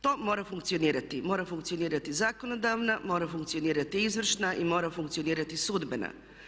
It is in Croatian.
To mora funkcionirati, mora funkcionirati zakonodavna, mora funkcionirati izvršna i mora funkcionirati sudbena.